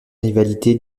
rivalité